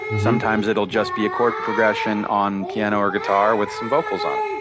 sometimes it will just be a chord progression on piano or guitar with some vocals on it.